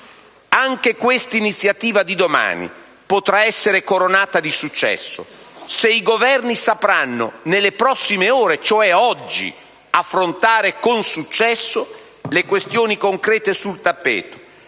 Anche questa iniziativa di domani potrà essere coronata da successo se i Governi sapranno nelle prossime ore, ossia oggi, affrontare positivamente le questioni concrete sul tappeto,